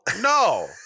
No